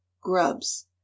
grubs